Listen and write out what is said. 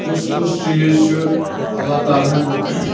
کُس کُس چیٖز چھُ اللہ تعالیٰ ہَن